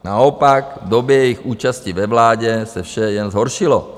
Naopak v době jejich účasti ve vládě se vše jen zhoršilo.